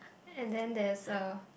and then there is a